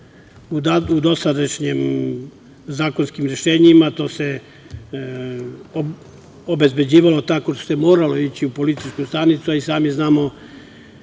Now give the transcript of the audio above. U dosadašnjim zakonskim rešenjima to se obezbeđivalo tako što se moralo ići u policijsku stanicu, a i sami znamo